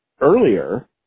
earlier